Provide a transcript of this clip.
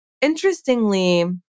interestingly